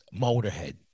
Motorhead